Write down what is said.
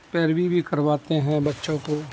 پیروی بھی کرواتے ہیں بچوں کو